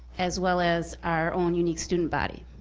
as well as our own unique student body.